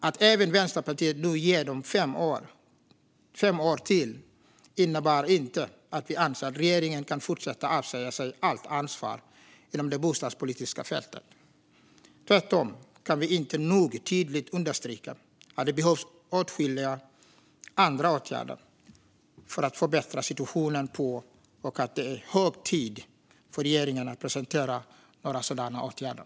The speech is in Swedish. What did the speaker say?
Att även Vänsterpartiet nu ger dem fem år till innebär inte att vi anser att regeringen kan fortsätta avsäga sig allt ansvar inom det bostadspolitiska fältet. Tvärtom kan vi inte nog tydligt understryka att det behövs åtskilliga andra åtgärder för att förbättra situationen och att det är hög tid för regeringen att presentera sådana åtgärder.